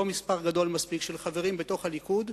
לא מספר גדול מספיק של חברים בתוך הליכוד,